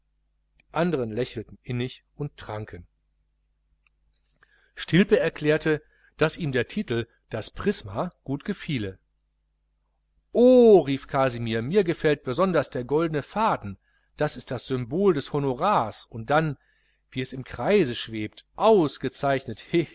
andern lächelten innig und tranken stilpe erklärte daß ihm der titel das prisma gut gefiele oh rief kasimir mir gefällt besonders der goldene faden das ist das symbol des honorars und dann wie es im kreise schwebt ausgezeichnet